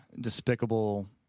despicable